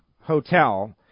Hotel